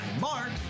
Mark